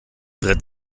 brett